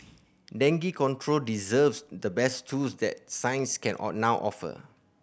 dengue control deserves the best tools that science can all now offer